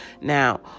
Now